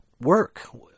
work